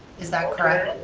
is that correct?